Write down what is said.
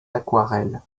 aquarelles